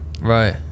Right